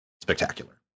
spectacular